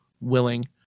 willing